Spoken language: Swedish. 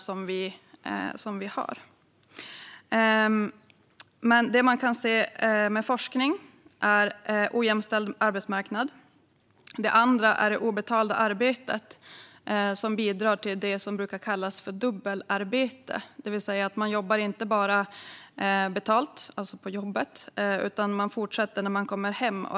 Men det man kan se i forskningen är att det handlar om en ojämställd arbetsmarknad. Ett annat skäl är det obetalda arbetet som bidrar till det som brukar kallas för dubbelarbete, det vill säga man jobbar inte bara betalt på arbetet, utan man fortsätter när man kommer hem.